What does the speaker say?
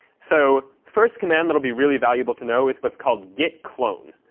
so first command that will be really valuable to know is what's called git clone.